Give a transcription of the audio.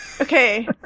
okay